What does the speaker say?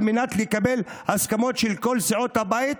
על מנת לקבל הסכמות של כל סיעות הבית,